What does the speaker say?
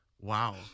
Wow